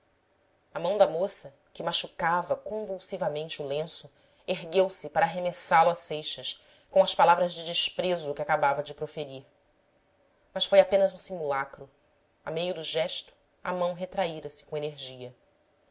a mão da moça que machucava convulsivamente o lenço ergueu-se para arremessá lo a seixas com as palavras de desprezo que acabava de proferir mas foi apenas um simulacro a meio do gesto a mão retraíra se com energia